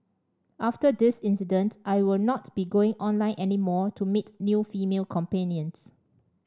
after this incident I will not be going online any more to meet new female companions